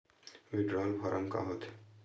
Withdrawal form का होथे?